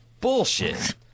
bullshit